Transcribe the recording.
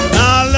Now